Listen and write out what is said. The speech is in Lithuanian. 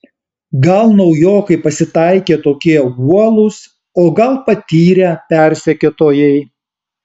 gal naujokai pasitaikė tokie uolūs o gal patyrę persekiotojai